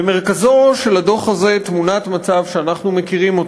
במרכזו של הדוח הזה תמונת מצב שאנחנו מכירים: